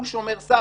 הוא שומר סף.